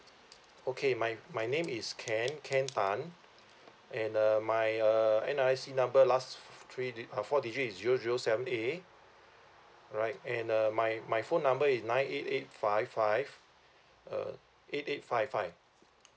okay my my name is ken ken tan and uh my uh N_R_I_C number last three di~ uh four digit is zero zero seven A right and uh my my phone number is nine eight eight five five uh eight eight five five